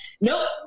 Nope